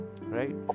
Right